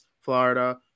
Florida